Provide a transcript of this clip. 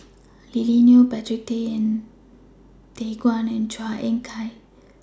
Lily Neo Patrick Tay Teck Guan and Chua Ek Kay